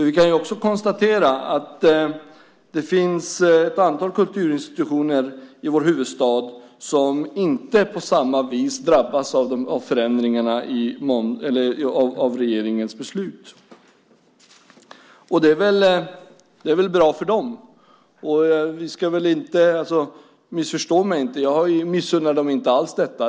Vi kan ju också konstatera att det finns ett antal kulturinstitutioner i vår huvudstad som inte drabbas på samma vis av regeringens beslut. Det är väl bra för dem. Missförstå mig inte! Jag missunnar dem inte alls detta.